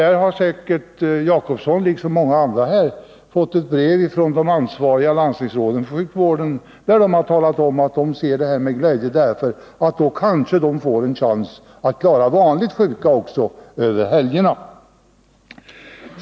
Säkert har Egon Jacobsson, liksom många andra här, fått ett brev från de ansvariga landstingsråden för sjukvården, där de talat om att de ser det här med glädje. De anser att sjukvårdsinrättningarna därmed kanske får en chans att klara vanligt sjuka också över helgerna.